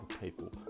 people